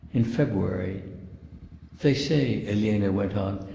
in february they say elena went on,